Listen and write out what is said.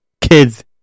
kids